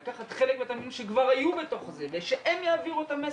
לקחת חלק מהתלמידים שכבר היו בתוך זה ושהם יעבירו את המסר,